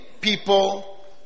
people